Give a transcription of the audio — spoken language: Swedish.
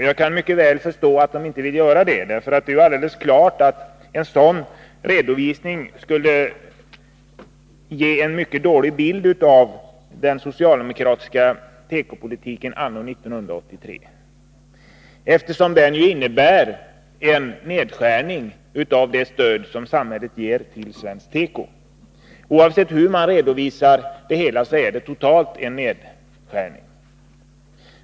Jag kan mycket väl förstå att de inte velat göra det, för det är alldeles klart att en sådan redovisning skulle visa att den socialdemokratiska tekopolitiken anno 1983 är mycket dålig, eftersom den innebär en nedskärning av det stöd som samhället ger till svensk tekoindustri. Oavsett hur man redovisar det hela är det totalt fråga om en nedskärning.